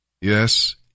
Yes